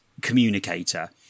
communicator